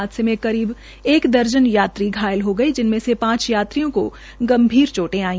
हादसे में करीब एक दर्जन यात्री घायल हो गये जिनमें से पांच यात्रियों को गंभीर चोंटे आई